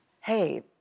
Hey